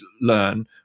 learn